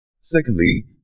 Secondly